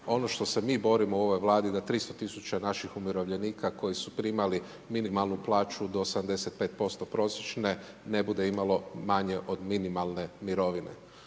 Ono što se mi borimo u ovoj Vladi da 300 tisuća naših umirovljenika koji su primali minimalnu plaću do 85% prosječne ne bude imalo manje od minimalne mirovine.